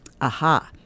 Aha